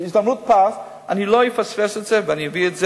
הזדמנות פז אני לא אפספס את זה ואני אביא את זה.